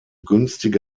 günstige